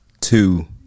two